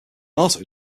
also